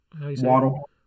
Waddle